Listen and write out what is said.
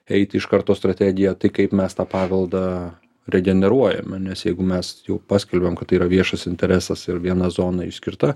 eiti iš karto strategija tai kaip mes tą paveldą regeneruojame nes jeigu mes jau paskelbiam kad tai yra viešas interesas ir viena zona išskirta